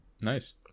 nice